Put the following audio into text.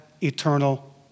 eternal